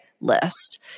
list